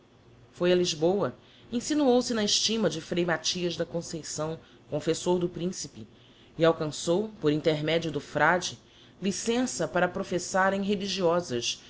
foi a lisboa insinuou se na estima de frei mathias da conceição confessor do principe e alcançou por intermedio do frade licença para professarem religiosas